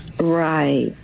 Right